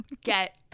Get